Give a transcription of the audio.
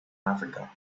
africa